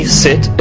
sit